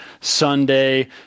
Sunday